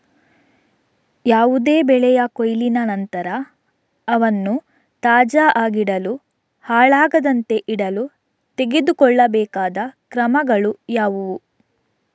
ಯಾವುದೇ ಬೆಳೆಯ ಕೊಯ್ಲಿನ ನಂತರ ಅವನ್ನು ತಾಜಾ ಆಗಿಡಲು, ಹಾಳಾಗದಂತೆ ಇಡಲು ತೆಗೆದುಕೊಳ್ಳಬೇಕಾದ ಕ್ರಮಗಳು ಯಾವುವು?